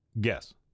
guess